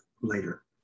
later